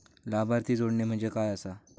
लाभार्थी जोडणे म्हणजे काय आसा?